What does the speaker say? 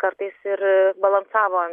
kartais ir balansavo